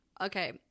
Okay